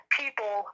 people